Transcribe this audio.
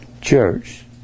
church